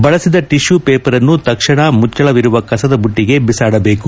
ಬಳಸಿದ ಟಿಶ್ಯೂ ಪೇಪರ್ನ್ನು ತಕ್ಷಣ ಮುಚ್ಚಳವಿರುವ ಕಸದ ಬುಟ್ಟಿಗೆ ಬಿಸಾಡಬೇಕು